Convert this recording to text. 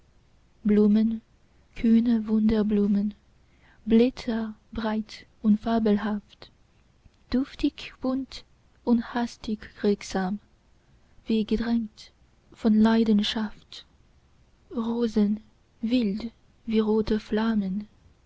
blumen kühne wunderblumen blätter breit und fabelhaft duftig bunt und hastig regsam wie gedrängt von leidenschaft rosen wild wie rote flammen